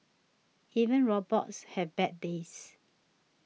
even robots have bad days